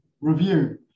review